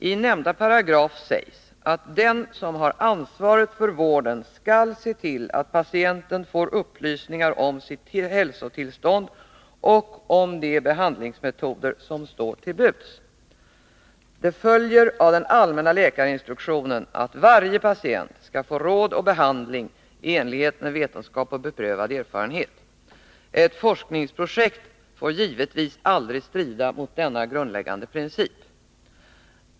I nämnda paragraf sägs att den som har ansvaret för vården skall se till att patienten får upplysningar om sitt hälsotillstånd och om de behandlingsmetoder som står till buds. Det följer av den allmänna läkarinstruktionen att varje patient skall få råd och behandling i enlighet med vetenskap och beprövad erfarenhet. Ett forskningsprojekt får givetvis aldrig strida mot denna grundläggande princip.